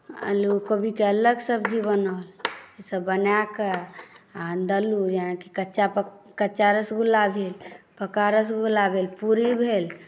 आलू कोबीके अलग सब्जी बनल ईसभ बना कऽ आ देलहुँ कि कच्चा रसगुल्ला भेल पक्का रसगुल्ला भेल पूड़ी भेल